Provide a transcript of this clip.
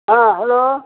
ಹಾಂ ಹಲೋ